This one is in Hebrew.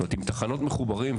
עם תחנות מחוברים,